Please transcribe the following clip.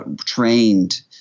Trained